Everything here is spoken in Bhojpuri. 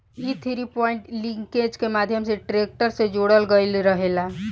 इ थ्री पॉइंट लिंकेज के माध्यम से ट्रेक्टर से जोड़ल गईल रहेला